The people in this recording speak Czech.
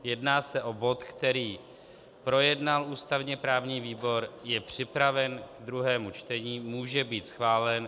Jedná se o bod, který projednal ústavněprávní výbor, je připraven k druhému čtení, může být schválen.